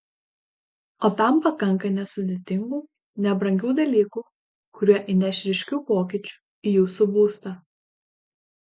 o tam pakanka nesudėtingų nebrangių dalykų kurie įneš ryškių pokyčių į jūsų būstą